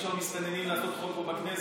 אי-אפשר על למסתננים לעשות חוק פה בכנסת.